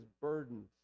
burdens